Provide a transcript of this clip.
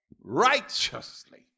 righteously